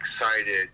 excited